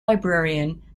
librarian